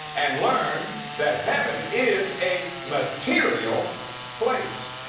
and learn that heaven is a material place.